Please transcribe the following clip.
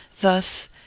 Thus